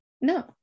no